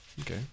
okay